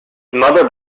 mother